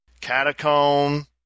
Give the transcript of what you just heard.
Catacomb